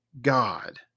God